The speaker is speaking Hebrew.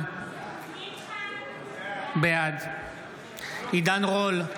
בעד עידן רול,